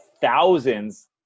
thousands